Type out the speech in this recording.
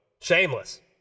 Shameless